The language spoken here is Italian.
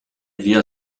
via